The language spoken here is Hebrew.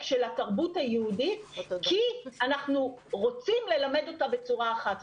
של התרבות היהודית כי אנחנו רוצים ללמד אותה בצורה אחת,